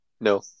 No